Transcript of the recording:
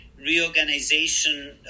reorganization